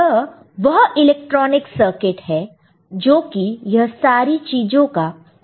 यह वह electronics circuit है जो कि यह सारी चीजों का कोर है